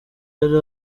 hari